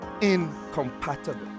incompatible